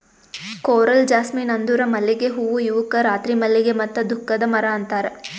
coral jasmine ಅಂದುರ್ ಮಲ್ಲಿಗೆ ಹೂವು ಇವುಕ್ ರಾತ್ರಿ ಮಲ್ಲಿಗೆ ಮತ್ತ ದುಃಖದ ಮರ ಅಂತಾರ್